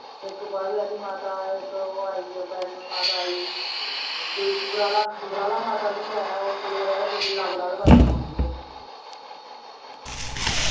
इक बाह्वे आह्ली माता इक ओह् आई बैश्नो माता आई दूई सुकराला सुकराला माता बी ऐ ओह् बलौरे आह्ले कोई बिलावर आह्ले पास्सै पौंदी ऐ